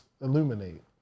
Illuminate